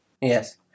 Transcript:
yes